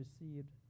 received